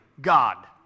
God